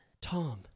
Tom